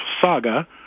saga